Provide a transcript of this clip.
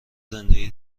زنده